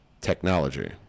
technology